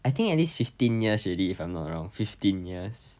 I think at least fifteen years already if I'm not wrong fifteen years